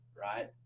right